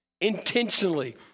intentionally